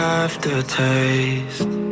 aftertaste